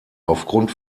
aufgrund